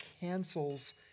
cancels